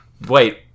Wait